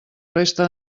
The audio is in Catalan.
resta